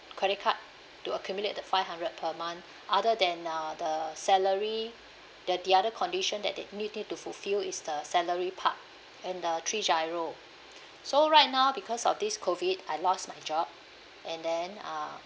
credit card to accumulate the five hundred per month other than uh the salary that the other condition that they need you to fulfil is the salary part and the three GIRO so right now because of this COVID I lost my job and then uh